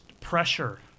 pressure